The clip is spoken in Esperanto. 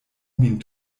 min